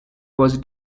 was